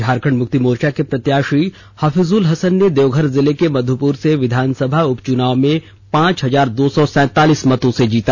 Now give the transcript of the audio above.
झारखंड मुक्ति मोर्चा के प्रत्याषी हफीजुल हसन ने देवघर जिले के मधुपुर से विधानसभा उपचुनाव पांच हजार दो सौ सैंतालीस मतों से जीता